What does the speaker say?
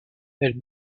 elle